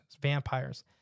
vampires